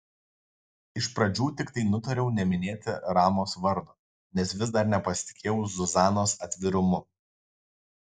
iš pradžių tiktai nutariau neminėti ramos vardo nes vis dar nepasitikėjau zuzanos atvirumu